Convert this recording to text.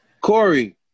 Corey